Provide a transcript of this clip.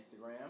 Instagram